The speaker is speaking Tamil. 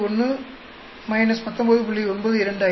1 19